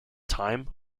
time